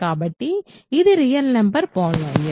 కాబట్టి ఇవి real number polynomial